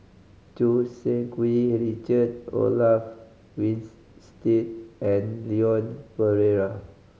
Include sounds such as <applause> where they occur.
Choo Seng Quee and Richard Olaf <unintelligible> and Leon Perera